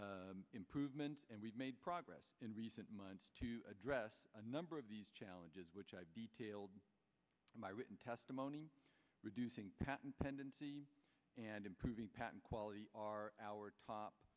improvement and we've made progress in recent months to address a number of these challenges which i detailed my written testimony reducing patent pending and improving patent quality are our top